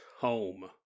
home